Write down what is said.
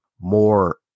more